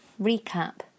Recap